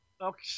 Okay